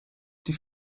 die